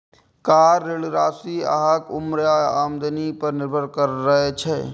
car ऋण के राशि अहांक उम्र आ आमदनी पर निर्भर करै छै